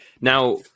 Now